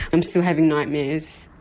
i'm still having nightmares.